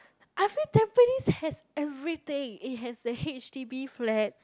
I feel Tampines has everything it has a H_D_B flat